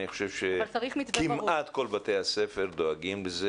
אני חושב שכמעט כל בתי הספר דואגים לזה